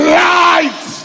light